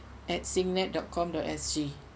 at singnet dot com dot S G